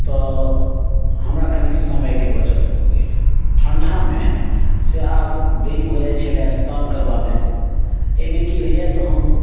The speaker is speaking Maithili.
तऽ हमरा कनिक समयके बचत भऽ गेल ठण्डामे से आब देरी भऽ जाइ छलए स्नान करबामे एहिमे की होइया तऽ हम